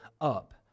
up